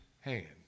hand